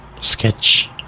Sketch